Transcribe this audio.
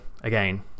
again